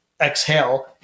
exhale